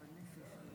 בבקשה.